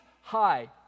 high